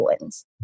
wins